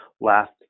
last